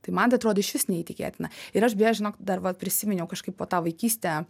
tai man tai atrodė išvis neįtikėtina ir aš beje žinok dar va prisiminiau kažkaip po tą vaikystę